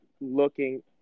looking